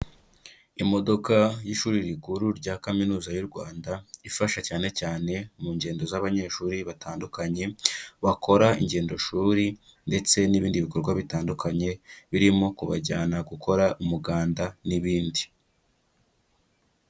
Imodoka y'ishuri rikuru rya kaminuza y'u Rwanda ifasha cyane cyane mu ngendo z'abanyeshuri batandukanye bakora ingendoshuri ndetse n'ibindi bikorwa bitandukanye birimo kubajyana gukora umuganda n'ibindi.